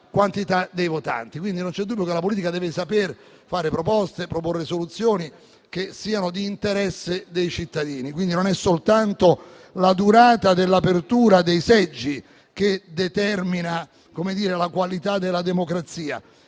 quantità dei votanti. Non c'è dubbio quindi che la politica deve saper avanzare proposte e proporre soluzioni che siano di interesse dei cittadini. Non è soltanto la durata dell'apertura dei seggi che determina la qualità della democrazia.